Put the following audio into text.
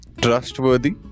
trustworthy